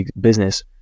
business